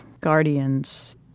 guardians